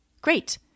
great